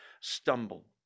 stumble